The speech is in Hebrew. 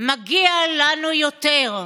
מגיע לנו יותר.